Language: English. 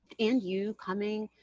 and you coming,